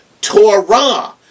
Torah